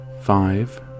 five